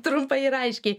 trumpai ir aiškiai